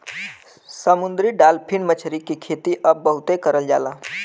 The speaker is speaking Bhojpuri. समुंदरी डालफिन मछरी के खेती अब बहुते करल जाला